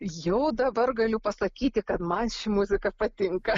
jau dabar galiu pasakyti kad man ši muzika patinka